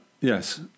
yes